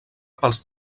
pels